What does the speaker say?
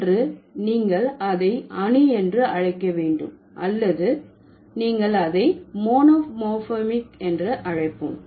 ஒன்று நீங்கள் அதை அணு என்று அழைக்க வேண்டும் அல்லது நீங்கள் அதை மோனோமோர்பமிக் என்று அழைப்போம்